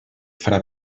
fra